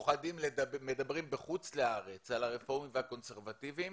מדברים בחוץ לארץ על הרפורמים ועל הקונסרבטיבים